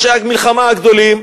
פושעי המלחמה הגדולים,